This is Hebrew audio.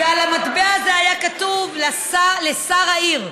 ועל המטבע הזה היה כתוב: לשר העיר.